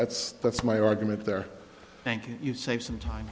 that's that's my argument there thank you save some time